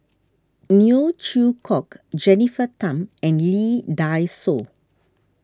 Neo Chwee Kok Jennifer Tham and Lee Dai Soh